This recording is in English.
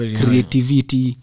creativity